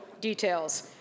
details